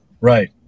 right